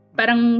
parang